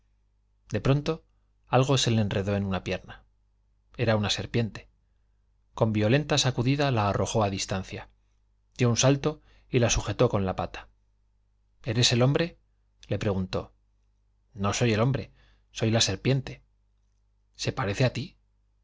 s camino algo se le enredó á una pierna era una de pronto con violenta sacudida la arrojó á distancia serpiente dió un salto y la sujetó con la pata eres el hombre la preguntó no soy el hombre soy la serpiente á ti se parece á mí